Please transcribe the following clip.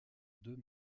deux